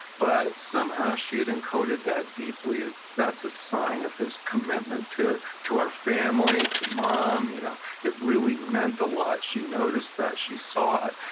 but somehow she had encoded that deeply as that's a sign of his commitment to to our family, to mom, you know it really meant a lot, she noticed that, she saw it.